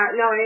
no